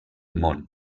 món